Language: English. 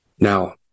Now